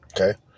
Okay